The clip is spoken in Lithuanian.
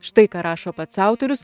štai ką rašo pats autorius